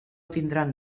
tindran